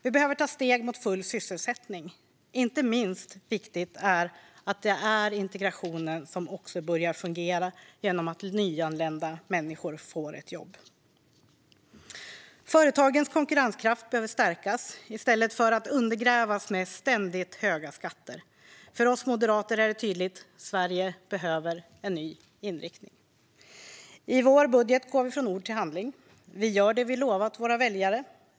Vi behöver ta steg mot full sysselsättning. Inte minst viktigt är det att integrationen börjar fungera genom att också nyanlända kan få ett jobb. Företagens konkurrenskraft behöver stärkas i stället för att undergrävas med ständigt högre skatter. För oss moderater är det tydligt: Sverige behöver en ny inriktning. I vår budget går vi från ord till handling. Vi gör det vi lovat våra väljare.